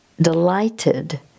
delighted